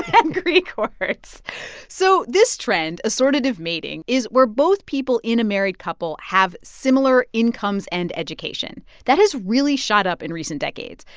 and and greek words so this trend assortative mating is where both people in a married couple have similar incomes and education. that has really shot up in recent decades,